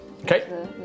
Okay